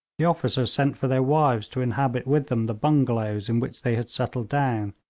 the officers sent for their wives to inhabit with them the bungalows in which they had settled down.